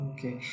Okay